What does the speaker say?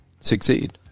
succeed